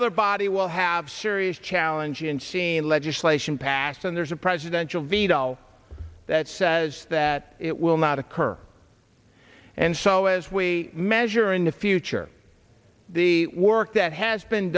other body will have serious challenge and cian legislation passed and there's a presidential veto that says that it will not occur and so as we measure in the future the work that has been